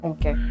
Okay